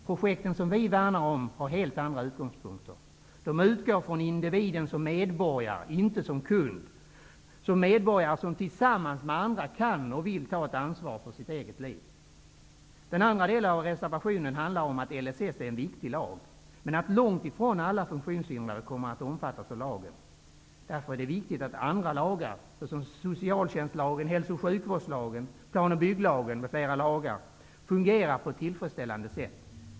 Projekten som vi värnar om har helt andra utgångspunkter. De utgår från individen som medborgare, inte som kund, en medborgare som tillsammans med andra kan och vill ta ansvar för sitt eget liv. Den andra delen av reservationen handlar om att LSS är en viktig lag men att långt ifrån alla funktionshindrade kommer att omfattas av lagen. Därför är det viktigt att andra lagar -- socialtjänstlagen, hälso och sjukvårdslagen, planoch bygglagen m.fl. -- fungerar på ett tillfredsställande sätt.